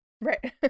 Right